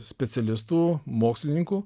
specialistų mokslininkų